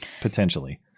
potentially